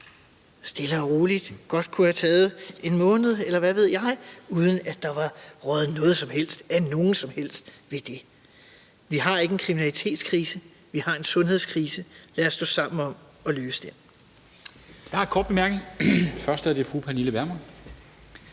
stille og roligt godt kunne have taget en måned, eller hvad ved jeg, uden at der var røget noget som helst af nogen som helst ved det. Vi har ikke en kriminalitetskrise, vi har en sundhedskrise, og lad os stå sammen om at løse den. Kl. 10:56 Formanden (Henrik Dam Kristensen):